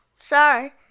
Sorry